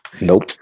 Nope